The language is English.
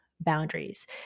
boundaries